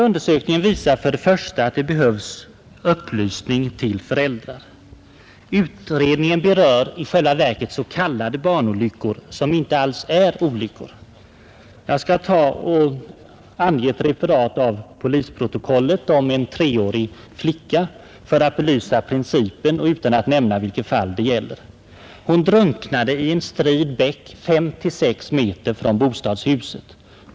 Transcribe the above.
Undersökningen är en skrämmande läsning. Den visar att det behövs upplysning till föräldrarna. Utredningen berör i själva verket s.k. barnolyckor, som inte alls är olyckor. Jag skall göra ett referat ur polisrapporten angående en treårig flicka. Jag gör det för att belysa principen och utan att nämna vilket fall det gäller. Denna flicka drunknade i en strid bäck fem-sex meter från bostadshuset.